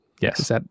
Yes